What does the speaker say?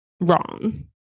wrong